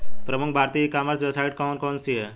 प्रमुख भारतीय e commerce website कौन कौन सी हैं?